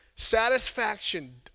Satisfaction